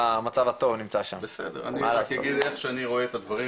אני רק אגיד איך שאני רואה את הדברים,